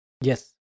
yes